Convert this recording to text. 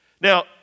Now